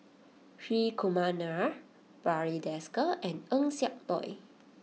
Hri Kumar Nair Barry Desker and Eng Siak Loy